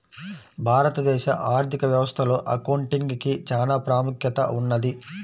భారతదేశ ఆర్ధిక వ్యవస్థలో అకౌంటింగ్ కి చానా ప్రాముఖ్యత ఉన్నది